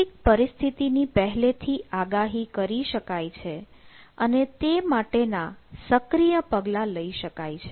કેટલીક પરિસ્થિતિ ની પહેલેથી આગાહી કરી શકાય છે અને તે માટેના સક્રિય પગલાં લઇ શકાય છે